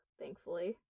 thankfully